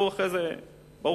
הוא אחרי זה יוצא.